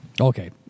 Okay